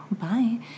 bye